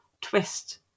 twist